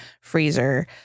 freezer